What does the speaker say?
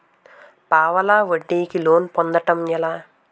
పావలా వడ్డీ కి లోన్ పొందటం ఎలా?